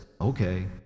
okay